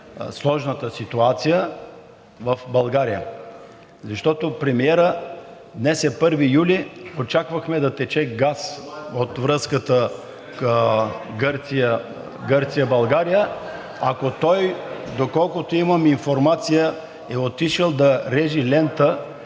сложната ситуация в България. Защото премиерът, днес е 1 юли, очаквахме да тече газ от връзката Гърция – България. Ако той, доколкото имам информация, е отишъл да реже лента